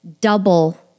double